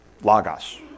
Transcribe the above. Lagos